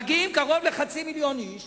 מגיעים קרוב לחצי מיליון איש